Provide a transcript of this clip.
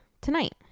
tonight